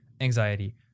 Anxiety